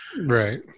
Right